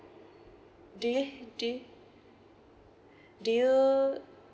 do you do you do you